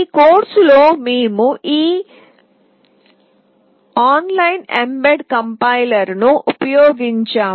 ఈ కోర్సులో మేము ఈ ఆన్లైన్ mbed కంపైలర్ను ఉపయోగించాము